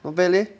not bad leh